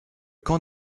camp